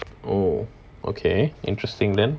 oh okay interesting then